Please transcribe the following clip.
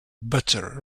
bitter